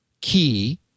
key